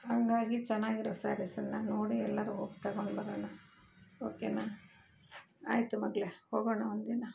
ಹಂಗಾಗಿ ಚೆನ್ನಾಗಿರೋ ಸ್ಯಾರೀಸನ್ನು ನೋಡಿ ಎಲ್ಲರು ಹೋಗಿ ತಗೊಂಡ್ಬರೋಣ ಓ ಕೆನಾ ಆಯಿತು ಮಗಳೆ ಹೋಗೋಣ ಒಂದಿನ